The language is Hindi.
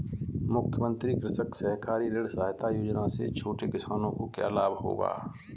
मुख्यमंत्री कृषक सहकारी ऋण सहायता योजना से छोटे किसानों को क्या लाभ होगा?